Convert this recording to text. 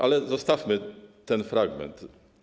Ale zostawmy ten fragment.